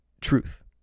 truth